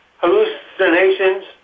hallucinations